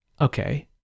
okay